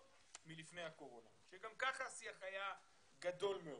לעומת מה שהיה לפני הקורונה כאשר גם אז השיח היה גדול מאוד.